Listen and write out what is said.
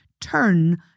turn